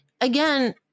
again